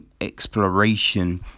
exploration